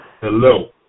Hello